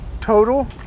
Total